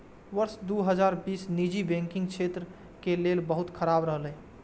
वर्ष दू हजार बीस निजी बैंकिंग क्षेत्र के लेल बहुत खराब रहलै